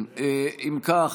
אם כך,